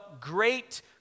great